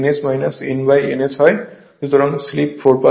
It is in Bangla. সুতরাং স্লিপ 4 004 হয়